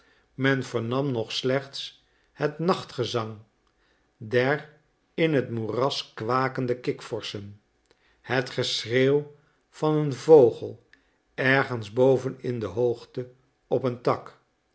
men vernam nog slechts het nachtgezang der in het moeras kwakende kikvorschen het geschreeuw van een vogel ergens boven in de hoogte op een tak